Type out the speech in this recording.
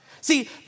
See